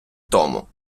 тому